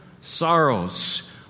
sorrows